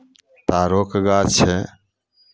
ताड़ोके गाछ छै